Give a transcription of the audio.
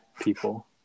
people